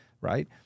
right